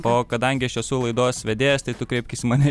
o kadangi aš esu laidos vedėjas tai tu kreipkis į mane